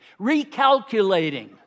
recalculating